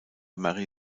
mary